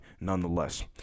nonetheless